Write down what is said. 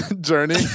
journey